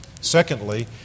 Secondly